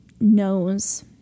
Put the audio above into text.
knows